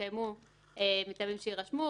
ומטעמים שיירשמו,